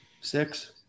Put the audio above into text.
Six